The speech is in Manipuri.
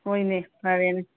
ꯍꯣ ꯏꯅꯦ ꯐꯔꯦꯅꯦ